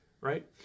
right